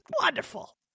wonderful